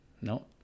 no